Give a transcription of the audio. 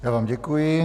Já vám děkuji.